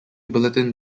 bulletin